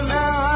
now